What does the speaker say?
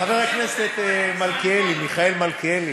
חבר הכנסת מלכיאלי, מיכאל מלכיאלי,